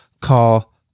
call